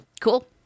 cool